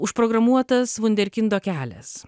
užprogramuotas vunderkindo kelias